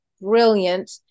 brilliant